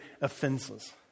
offenses